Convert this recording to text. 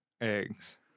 eggs